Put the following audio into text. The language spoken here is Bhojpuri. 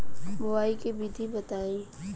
बुआई के विधि बताई?